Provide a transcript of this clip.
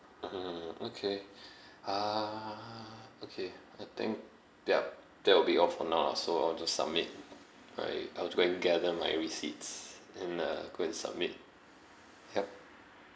(uh huh) okay uh okay I think yup that will be all for now lah so I'll just submit I I'll go and gather my receipts and uh go and submit yup